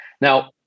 Now